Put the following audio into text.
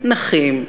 נכים,